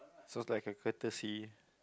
so is like a courtesy